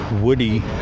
Woody